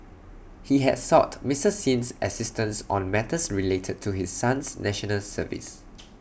he had sought Mister Sin's assistance on matters related to his son's National Service